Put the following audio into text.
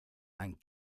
and